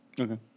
Okay